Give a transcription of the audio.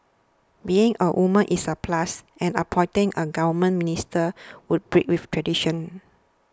being a woman is a plus and appointing a government minister would break with tradition